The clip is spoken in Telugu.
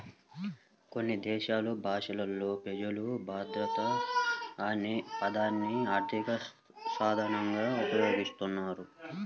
కొన్ని దేశాలు భాషలలో ప్రజలు భద్రత అనే పదాన్ని ఆర్థిక సాధనంగా ఉపయోగిస్తారు